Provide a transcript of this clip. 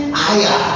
higher